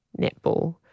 netball